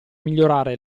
migliorare